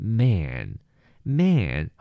man，man 。